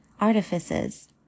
artifices